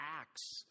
acts